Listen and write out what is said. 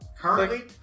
currently